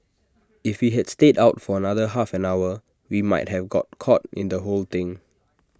if we had stayed out for another half an hour we might have got caught in the whole thing